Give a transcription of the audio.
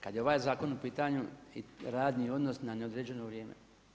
Kada je ovaj zakon u pitanju i radni odnos na neodređeno vrijeme.